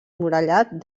murallat